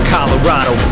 Colorado